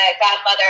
godmother